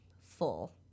full